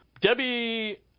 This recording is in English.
Debbie